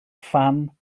phan